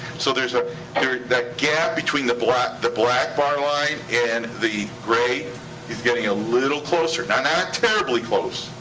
so there's ah there's that gap between the black the black bar line and the gray is getting a little closer. not and terribly close,